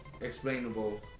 explainable